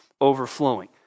overflowing